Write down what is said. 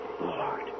Lord